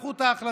הפכו את ההחלטה.